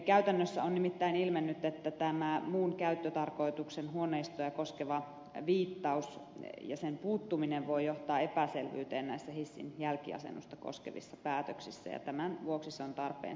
käytännössä on nimittäin ilmennyt että tämän muun käyttötarkoituksen huoneistoja koskevan viittauksen puuttuminen voi johtaa epäselvyyteen hissin jälkiasennusta koskevissa päätöksissä ja tämän vuoksi se on tarpeen selkiyttää